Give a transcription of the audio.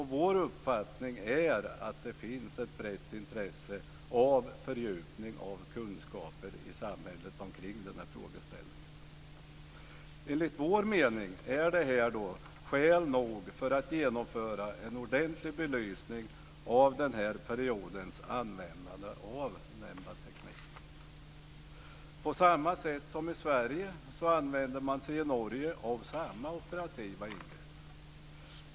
Vår uppfattning är att det finns ett brett intresse i samhället av en fördjupning av kunskaperna kring den här frågeställningen. Enligt vår mening är det skäl nog för att genomföra en ordentlig belysning av användandet av nämnda teknik under den här perioden. I Norge använde man sig av samma operativa ingrepp.